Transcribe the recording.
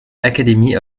academy